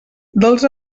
dels